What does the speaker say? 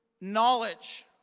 knowledge